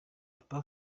papa